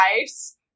ice